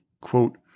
quote